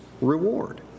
reward